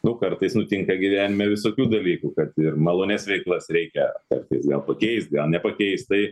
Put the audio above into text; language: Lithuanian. nu kartais nutinka gyvenime visokių dalykų kad ir malonias veiklas reikia kartais gal pakeist gal nepakeist tai